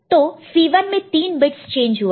तो C1 में 3 bits change हुआ है